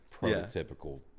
prototypical